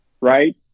right